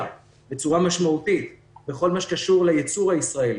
בצורה משמעותית בכל מה שקשור לייצור הישראלי.